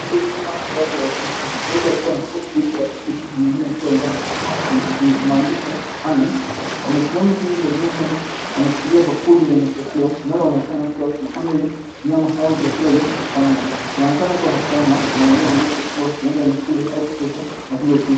Watu waliovaa mavazi ya wapishi, mmoja akiwa na jeupe la upishi na mwingine akiwa amevaa apron [cs[ yenye maandishi ya anan wamesimama nje ya jengo na wanashikilia bakuli lenye chakula linaloonekana kuwa vipande vya nyama au vyakula vya kukaanga. Wanaonekana kuwa wa furaha na madhira wanaishi kuwa huenda ni shule au kituo mafunzo ya upishi.